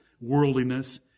worldliness